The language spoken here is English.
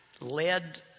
led